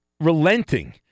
relenting